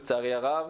לצערי הרב.